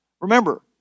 remember